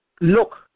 look